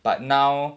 but now